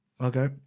Okay